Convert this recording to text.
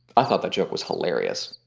i thought that joke was hilarious.